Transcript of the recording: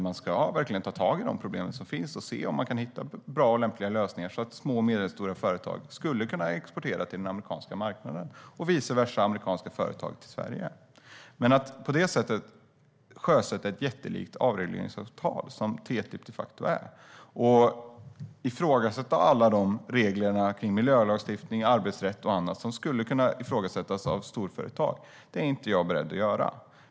Man bör verkligen ta tag i de problem som finns och se om det går att hitta bra och lämpliga lösningar så att små och medelstora företag skulle kunna exportera till den amerikanska marknaden och vice versa amerikanska företag exportera till Sverige. Men det är långt ifrån att sjösätta ett jättelikt avregleringsavtal som TTIP de facto är och som innebär att storföretag kan ifrågasätta alla regler kring miljölagstiftning, arbetsrätt och annat. Det är jag inte beredd att göra.